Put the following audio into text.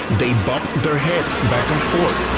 they bop their heads back and forth.